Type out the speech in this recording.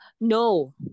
No